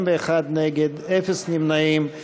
חברי הכנסת, אם כן, 59 בעד, 41 נגד, אפס נמנעים.